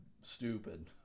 stupid